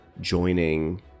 joining